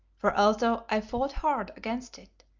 for although i fought hard against it,